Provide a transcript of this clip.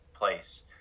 place